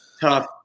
tough